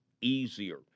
easier